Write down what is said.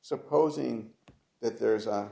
supposing that there is a